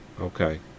Okay